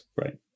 right